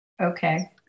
Okay